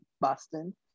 Boston